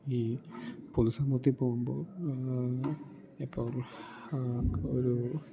ഈ പൊതു സമൂഹത്തിൽ പോകുമ്പോൾ ഇപ്പോൾ ഒരു